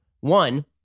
one